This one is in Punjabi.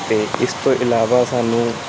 ਅਤੇ ਇਸ ਤੋਂ ਇਲਾਵਾ ਸਾਨੂੰ